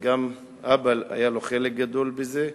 גם לאבא היה חלק גדול בזה.